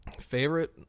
Favorite